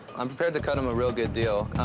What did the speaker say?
i'm prepared to cut him a real good deal.